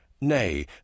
Nay